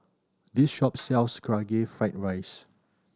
this shop sells Karaage Fried Rice